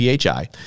PHI